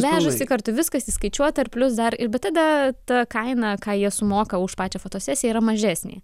vežasi kartu viskas įskaičiuota ir plius dar ir bet tada ta kaina ką jie sumoka už pačią fotosesiją yra mažesnė